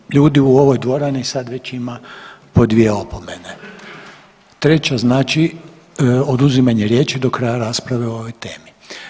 Više ljudi u ovoj dvorani sad već ima po dvije opomene, treća znači oduzimanje riječi do kraja rasprave o ovoj temi.